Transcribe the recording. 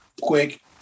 quick